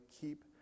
keep